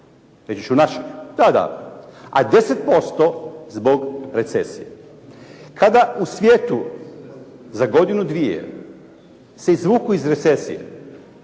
već ću naš, da, da, a 10% zbog recesije. Kada u svijetu za godinu, dvije se izvuku iz recesije,